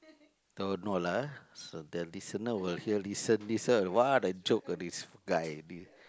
don't know lah ah so the listener will hear listen listen what a joke ah this guy